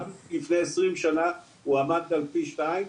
גם לפני עשרים שנה הוא עמד על פי שתיים.